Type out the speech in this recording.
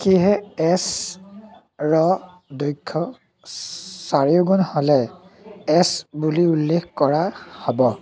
সেয়েহে এছ ৰ দৈৰ্ঘ্য চাৰিগুণ হ'লে এছ বুলি উল্লেখ কৰা হ'ব